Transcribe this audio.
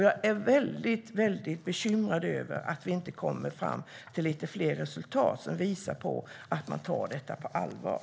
Jag är väldigt bekymrad över att vi inte kommer fram till lite fler resultat som visar att man tar detta på allvar.